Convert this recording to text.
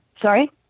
Sorry